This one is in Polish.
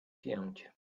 pięć